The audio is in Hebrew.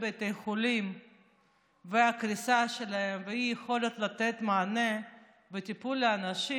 בתי החולים והקריסה שלהם והאי-יכולת לתת מענה וטיפול לאנשים,